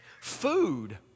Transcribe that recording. food